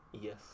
Yes